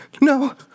No